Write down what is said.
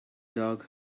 dog